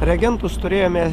reagentus turėjome